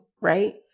right